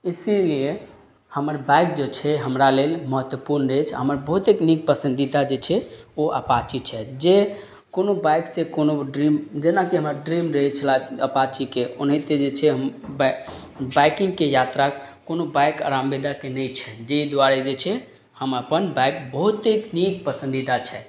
इसीलिए हमर बाइक ड जे छै हमरा लेल महत्वपूर्ण अछि हमर बहुतेक नीक पसन्दिदा जे छै ओ अपाची छथि जे कोनो बाइकसँ कोनो ड्रीम जेनाकि हमर ड्रीम रहय छलाह अपाचीके ओनाहिते जे छै बाइकिंगके यात्रा कोनो बाइक आरामदायके नहि छै जइ दुआरे जे छै हम अपन बाइक बहुतेक नीक पसन्दिदा छथि